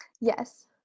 yes